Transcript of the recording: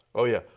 oh, yeah.